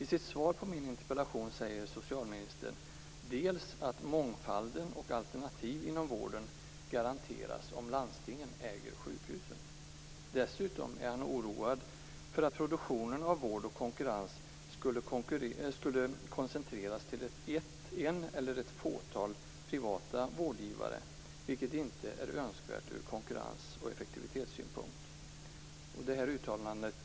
I sitt svar på min interpellation säger socialministern bl.a. att mångfalden och alternativ inom vården garanteras om landstingen äger sjukhusen. Dessutom är han oroad över att produktionen av vård skulle koncentreras till en eller ett fåtal privata vårdgivare, vilket inte är önskvärt ur konkurrens och effektivitetssynpunkt.